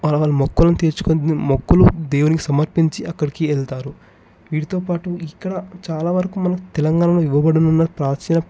వాళ్ల వాళ్ల మొక్కులను తీర్చుకొని మొక్కలు దేవునికి సమర్పించి అక్కడికి వెళ్తారు వీటితోపాటు ఇక్కడ చాలావరకు మనకు తెలంగాణలో ఇవ్వబడునున్న ప్రాచీన